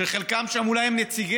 שחלקם שם הם אולי נציגיה,